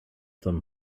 them